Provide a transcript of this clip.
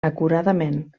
acuradament